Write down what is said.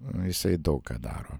jisai daug ką daro